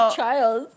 child